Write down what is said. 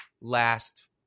last